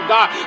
God